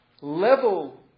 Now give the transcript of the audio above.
level